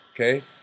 okay